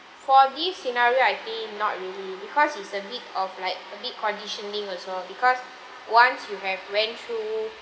for this scenario I not really because is a bit of like a bit conditioning also because once you have went through